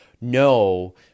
no